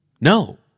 No